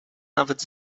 nawet